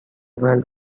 well